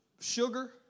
sugar